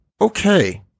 Okay